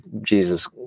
Jesus